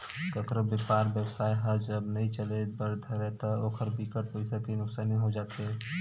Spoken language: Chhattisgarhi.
कखरो बेपार बेवसाय ह जब नइ चले बर धरय ता ओखर बिकट पइसा के नुकसानी हो जाथे